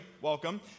welcome